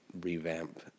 revamp